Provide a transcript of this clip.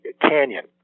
Canyon